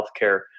healthcare